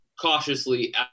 cautiously